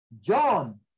John